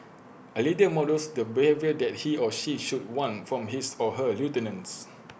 A leader models the behaviour that he or she should want from his or her lieutenants